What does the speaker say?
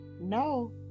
No